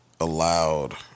allowed